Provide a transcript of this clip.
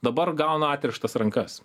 dabar gauna atrištas rankas